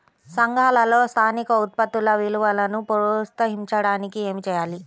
సంఘాలలో స్థానిక ఉత్పత్తుల విలువను ప్రోత్సహించడానికి ఏమి చేయాలి?